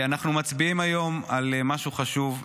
אנחנו מצביעים היום על משהו חשוב.